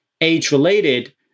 age-related